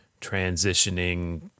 transitioning